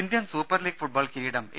Indian super league football കിരീടം A